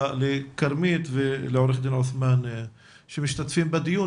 לכרמית ולעורך דין עותמאן שמשתתפים בדיון,